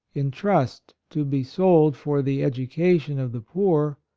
in trust to be sold for the education of the poor,